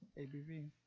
ABV